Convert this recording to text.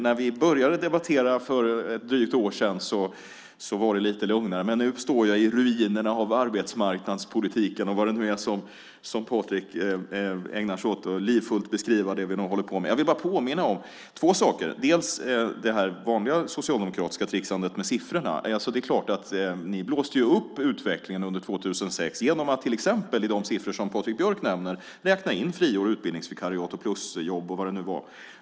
När vi började debattera för ett drygt år sedan var det lite lugnare. Men nu står jag i ruinerna av arbetsmarknadspolitiken och hur det nu var Patrik så livfullt ägnade sig åt att beskriva det vi gör. Jag vill påminna om två saker. Den ena är det vanliga socialdemokratiska tricksandet med siffrorna. Ni blåste upp utvecklingen under 2006 genom att till exempel i de siffror som Patrik Björck nämner räkna in friår, utbildningsvikariat och plusjobb och vad det nu var.